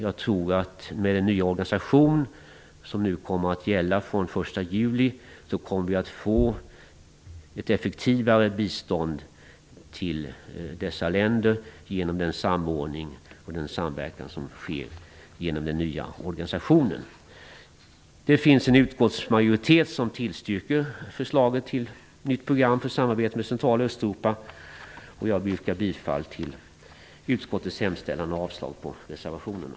Jag tror att vi, genom den samordning och samverkan som sker med den organisation som kommer att gälla från den 1 juli, kommer att få ett effektivare bistånd till dessa länder. Jag yrkar bifall till utskottets hemställan och avslag på reservationerna.